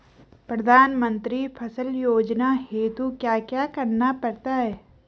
प्रधानमंत्री फसल योजना हेतु क्या क्या करना पड़ता है?